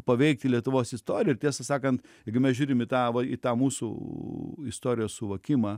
paveikti lietuvos istoriją ir tiesą sakant jeigu mes žiūrim į tą va į tą mūsų istorijos suvokimą